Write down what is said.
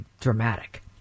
dramatic